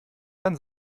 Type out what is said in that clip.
dann